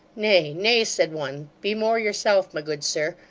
nay, nay said one. be more yourself, my good sir.